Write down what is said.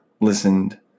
listened